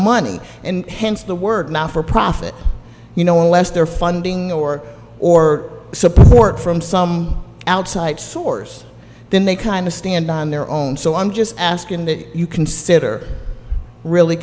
money and hence the word not for profit you know unless they're funding or or support from some outside source then they kind of stand on their own so i'm just asking that you consider really